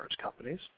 companies